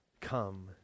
come